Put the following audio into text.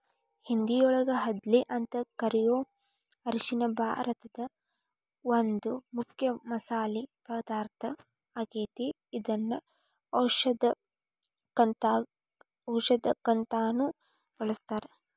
ಹಿಂದಿಯೊಳಗ ಹಲ್ದಿ ಅಂತ ಕರಿಯೋ ಅರಿಶಿನ ಭಾರತದ ಒಂದು ಮುಖ್ಯ ಮಸಾಲಿ ಪದಾರ್ಥ ಆಗೇತಿ, ಇದನ್ನ ಔಷದಕ್ಕಂತಾನು ಬಳಸ್ತಾರ